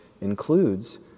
includes